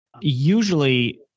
Usually